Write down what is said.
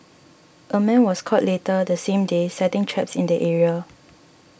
a man was caught later the same day setting traps in the area